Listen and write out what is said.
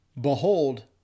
Behold